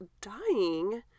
dying